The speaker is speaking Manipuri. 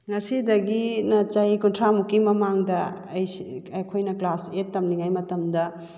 ꯉꯁꯤꯗꯒꯤꯅ ꯆꯍꯤ ꯀꯨꯟꯊ꯭ꯔꯥꯃꯨꯛꯀꯤ ꯃꯃꯥꯡꯗ ꯑꯩꯈꯣꯏꯅ ꯀ꯭ꯂꯥꯁ ꯑꯦꯠ ꯇꯝꯂꯤꯉꯩ ꯃꯇꯝꯗ